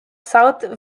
south